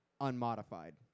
unmodified